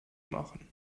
machen